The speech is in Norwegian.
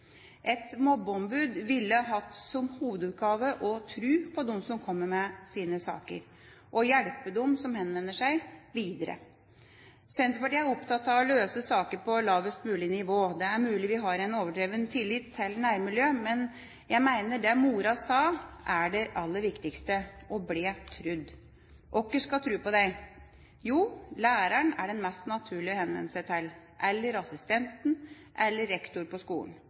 Et mobbeombud ville hatt som hovedoppgave å tro på dem som kommer med sine saker, og hjelpe dem som henvender seg, videre. Senterpartiet er opptatt av å løse saker på lavest mulig nivå. Det er mulig vi har en overdreven tillit til nærmiljøet, men jeg mener det mora sa, er det aller viktigste: å bli trodd. Hvem skal tro på deg? Jo, læreren er den mest naturlige å henvende seg til, eller assistenten eller rektor på skolen.